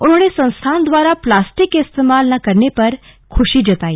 उन्होंने संस्थान द्वारा प्लास्टिक के इस्तेमाल न करने पर खुशी जताई